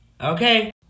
Okay